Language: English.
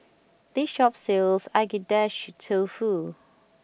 this shop sells Agedashi Tofu